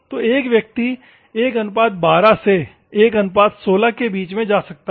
तो एक व्यक्ति 112 से 116 के बीच में जा सकता है